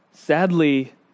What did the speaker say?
sadly